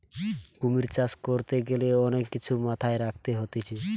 কুমির চাষ করতে গ্যালে অনেক কিছু মাথায় রাখতে হতিছে